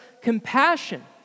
compassion